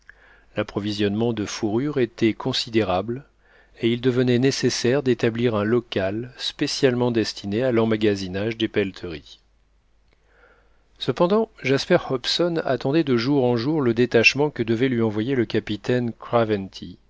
l'approvisionnement de fourrures était considérable et il devenait nécessaire d'établir un local spécialement destiné à l'emmagasinage des pelleteries cependant jasper hobson attendait de jour en jour le détachement que devait lui envoyer le capitaine